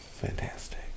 fantastic